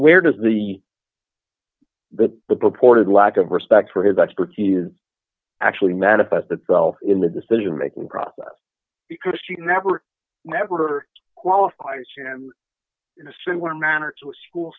where does the the the purported lack of respect for his expertise actually manifest itself in the decision making process because she never never qualifies him in a similar manner to a school